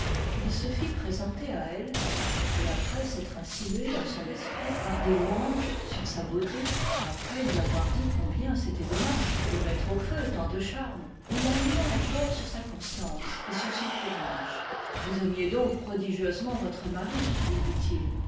il se fit présenter à elle et après s'être insinué dans son esprit par des louanges sur sa beauté après lui avoir dit combien c'était dommage de mettre au feu tant de charmes il la loua encore sur sa constance et sur son courage vous aimiez donc prodigieusement votre mari lui dit-il